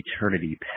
eternity